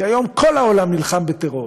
כי היום כל העולם נלחם בטרור,